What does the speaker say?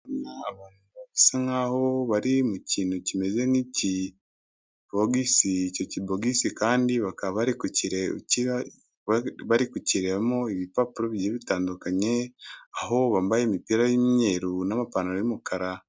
Isa nkaho bari mu kintu kimeze nk'ikibogisi icyo kibogisi kandi bakaba bari kukirebamo ibipapuro bigiye bitandukanye aho bambaye imipira y'umweru n'amapantaro yumukara.